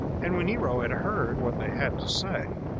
and when nero had heard what they had to say,